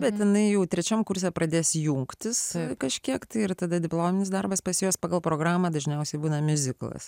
bet jinai jau trečiam kurse pradės jungtis kažkiek tai ir tada diplominis darbas pas juos pagal programą dažniausiai būna miuziklas